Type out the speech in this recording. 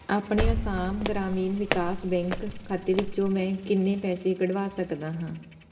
ਆਪਣੇ ਅਸਾਮ ਗ੍ਰਾਮੀਣ ਵਿਕਾਸ ਬੈਂਕ ਖਾਤੇ ਵਿੱਚੋ ਮੈਂ ਕਿੰਨੇ ਪੈਸੇ ਕੱਢਵਾ ਸਕਦਾ ਹਾਂ